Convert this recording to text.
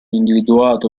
individuato